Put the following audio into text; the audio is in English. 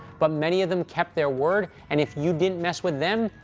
but many of them kept their word, and if you didn't mess with them,